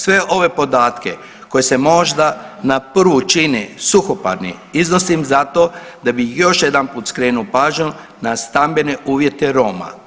Sve ove podatke koje se možda na prvu čine suhoparni iznosim zato da bi još jedanput skrenuo pažnju na stambene uvjete Roma.